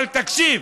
אבל תקשיב,